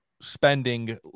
spending